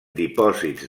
dipòsits